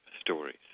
stories